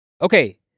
Okay